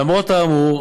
למרות האמור,